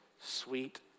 sweet